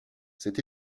cet